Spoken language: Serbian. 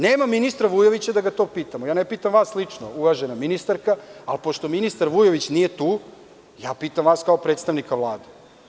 Nema ministra Vujovića da ga to pitam, ja ne pitam vas lično uvažena ministarka, ali pošto ministar Vujović nije tu ja pitam vas kao predstavnika Vlade.